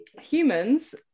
Humans